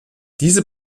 diese